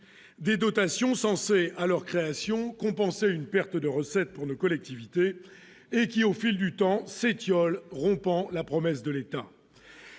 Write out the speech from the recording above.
des dotations à leur création compenser une perte de recettes pour nos collectivités et qui au fil du temps s'étiole rompant la promesse de l'État,